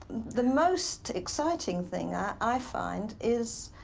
the most exciting thing i find is.